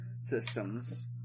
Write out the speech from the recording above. systems